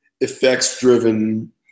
effects-driven